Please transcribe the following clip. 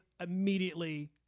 immediately